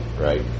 right